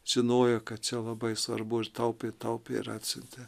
žinojo kad čia labai svarbu ir taupė taupė ir atsiuntė